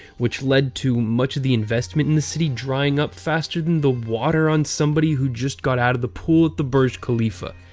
which led to much of the investment in the city drying up faster than the water on somebody who just got out of the pool at the burj khalifa.